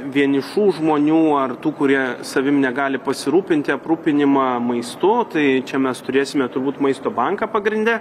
vienišų žmonių ar tų kurie savim negali pasirūpinti aprūpinimą maistu tai čia mes turėsime turbūt maisto banką pagrinde